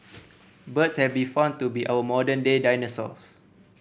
birds have been found to be our modern day dinosaurs